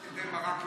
שקדי מרק למרק,